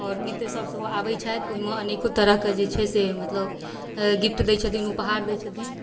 आओर मित्र सब सेहो आबै छथि ओइमे अनेको तरहके जे छै से मतलब गिफ्ट दै छथिन उपहार दै छथिन